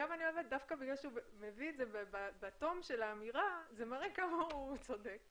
דווקא בגלל התום של האמירה זה מראה כמה חבר כנסת אבוטבול צודק.